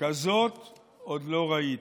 כזאת עוד לא ראיתי.